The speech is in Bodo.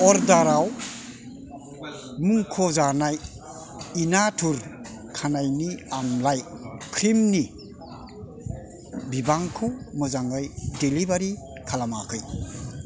अर्डाराव मुंख'जानाय इनातुर खानायनि आमलाइ क्रिमनि बिबांखौ मोजाङै डेलिबारि खालामाखै